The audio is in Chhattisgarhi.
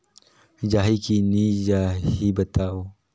जाही की नइ जाही बताव?